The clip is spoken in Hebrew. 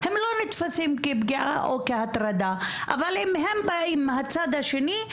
הם לא נתפסים כפגיעה או כהטרדה אבל אם הם באים מהצד השני,